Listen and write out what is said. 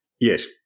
Yes